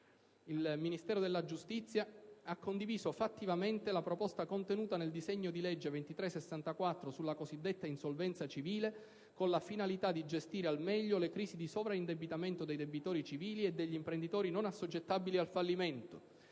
Il Ministero della giustizia ha condiviso fattivamente la proposta contenuta nel disegno di legge n. 2364 sulla cosiddetta insolvenza civile, con la finalità di gestire al meglio le crisi di sovraindebitamento dei debitori civili e degli imprenditori non assoggettabili al fallimento.